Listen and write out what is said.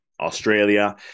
Australia